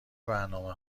برنامه